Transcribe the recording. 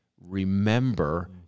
Remember